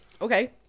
okay